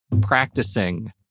practicing